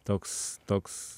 toks toks